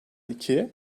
iki